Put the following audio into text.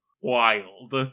wild